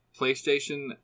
PlayStation